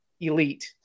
elite